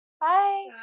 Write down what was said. Bye